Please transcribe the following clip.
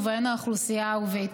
ובהן האוכלוסייה הערבית.